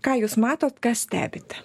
ką jūs matot ką stebit